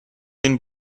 den